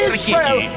Israel